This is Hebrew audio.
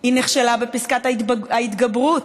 היא נכשלה בפסקת ההתגברות,